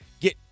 get